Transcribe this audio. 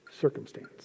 circumstance